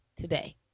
Today